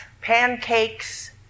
pancakes